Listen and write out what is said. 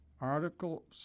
article